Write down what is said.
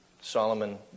Solomon